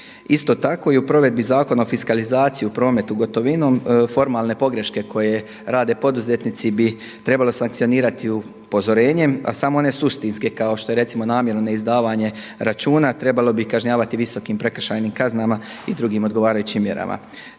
Isto tako i u provedbi Zakona o fiskalizaciji u prometu gotovinom, formalne pogreške koje rade poduzetnici bi trebalo sankcionirati upozorenjem, a samo one suštinske kao što je recimo namjerno neizdavanje računa trebalo bi kažnjavati visokim prekršajnim kaznama i drugim odgovarajućim mjerama.